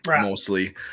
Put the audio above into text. mostly